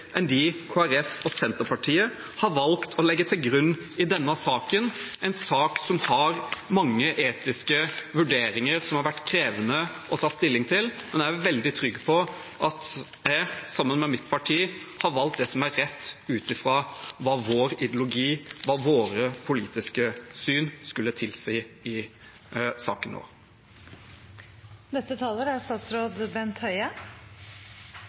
enn dem Kristelig Folkeparti og Senterpartiet har valgt å legge til grunn i denne saken, en sak som har mange etiske vurderinger som har vært krevende å ta stilling til. Men jeg er veldig trygg på at jeg sammen med mitt parti har valgt det som er rett ut fra vår ideologi, hva våre politiske syn skulle tilsi i saken.